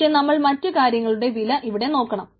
പക്ഷേ നമ്മൾ മറ്റു കാര്യങ്ങളുടെ വിലയും ഇവിടെ നോക്കണം